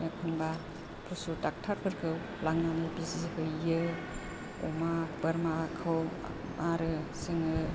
एखनबा फसु दक्ट'र फोरखौ लांनानै बिजि हैयो अमा बोरमाखौ आरो जोङो